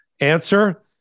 Answer